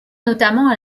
notamment